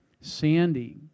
Sandy